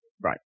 Right